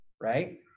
right